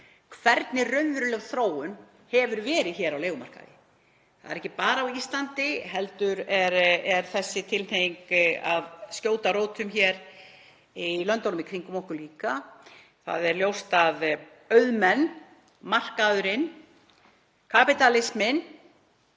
hvernig raunveruleg þróun hefur verið á leigumarkaði. Það er ekki bara á Íslandi heldur er þessi tilhneiging að skjóta rótum hér í löndunum í kringum okkur líka. Það er ljóst að auðmenn, markaðurinn, kapítalisminn